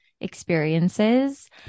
experiences